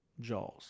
Jaws